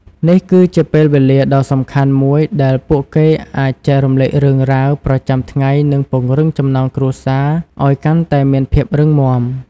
នេះគឺជាពេលវេលាដ៏សំខាន់មួយដែលពួកគេអាចចែករំលែករឿងរ៉ាវប្រចាំថ្ងៃនិងពង្រឹងចំណងគ្រួសារឲ្យកាន់តែមានភាពរឹងមាំ។